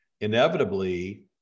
inevitably